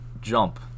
jump